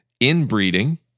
inbreeding